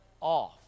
off